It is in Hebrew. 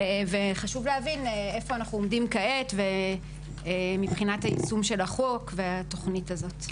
חשוב להבין היכן אנחנו עומדים כעת מבחינת יישום החוק והתוכנית הזאת.